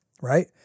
right